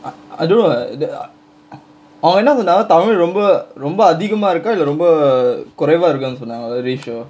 I I don't know ah அவங்க என்ன சொன்னாங்க தமிழ் ரொம்ப ரொம்ப அதிகமா இருக்கா இல்ல ரொம்ப குறைவா இருக்கா சொன்னாங்களா:avanga enna sonnaanga tamil romba romba athigamaa irukkaa illa romba kuraivaa irukkaa sonnaangalaa very sure